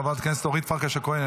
חברת הכנסת אורית פרקש הכהן,